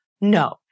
no